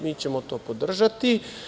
Mi ćemo to podržati.